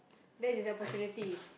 that is opportunity